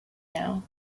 now